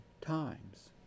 times